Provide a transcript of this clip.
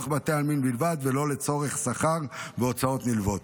ולא לצורך שכר והוצאות נלוות.